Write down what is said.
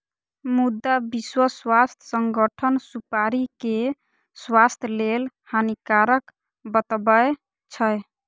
मुदा विश्व स्वास्थ्य संगठन सुपारी कें स्वास्थ्य लेल हानिकारक बतबै छै